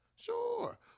Sure